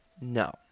No